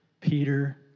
Peter